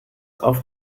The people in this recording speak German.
auf